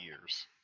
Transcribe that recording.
years